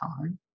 time